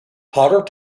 potter